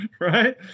right